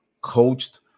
coached